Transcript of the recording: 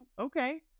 okay